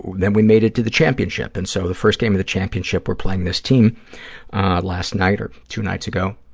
then we made it to the championship. and so, the first game of the championship, we're playing this team last night, or two nights ago,